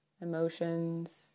emotions